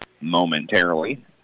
momentarily